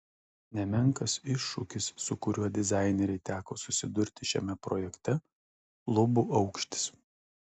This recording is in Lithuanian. nemenkas iššūkis su kuriuo dizainerei teko susidurti šiame projekte lubų aukštis